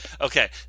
Okay